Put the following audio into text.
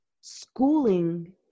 schooling